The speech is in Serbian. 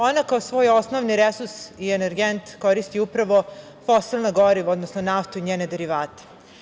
Ona kao svoj resurs i energent koristi upravo fosilna goriva, odnosno naftu i njene derivate.